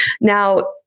Now